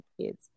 kids